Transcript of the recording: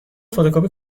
فتوکپی